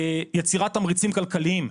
יצירת תמריצים כלכליים,